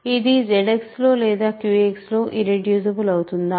ఇది ZX లో లేదా QX లో ఇర్రెడ్యూసిబుల్ అవుతుందా